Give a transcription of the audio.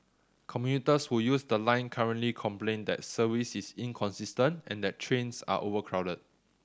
commuters who use the line currently complain that service is inconsistent and that trains are overcrowded